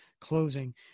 closing